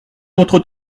notre